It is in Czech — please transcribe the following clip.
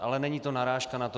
Ale není to narážka na to.